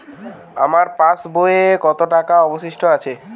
আমার পাশ বইয়ে কতো টাকা অবশিষ্ট আছে?